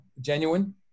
genuine